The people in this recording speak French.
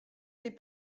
les